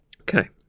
Okay